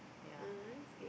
yeah